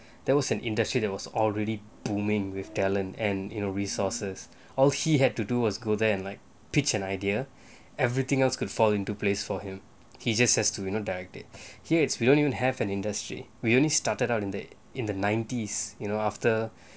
that was an industry that was already booming with talent and resources all he had to do was go there and like pitch an idea everything else could fall into place for him he just has to you know direct it here we don't even have an industry we only started out in the in the nineties you know after